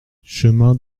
chemin